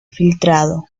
filtrado